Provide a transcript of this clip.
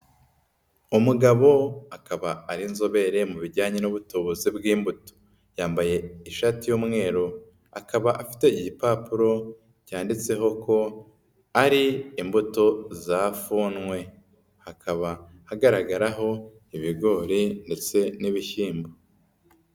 Umugabo akaba ari inzobere mu bijyanye n'ubutubuzi bw'imbuto. Yambaye ishati y'umweru, akaba afite igipapuro cyanditseho ko ari imbuto za Funwe. Hakaba hagaragaraho ibigori ndetse n'ibishyimbo.